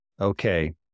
okay